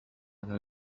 على